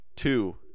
Two